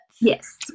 Yes